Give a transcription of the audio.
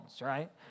right